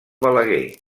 balaguer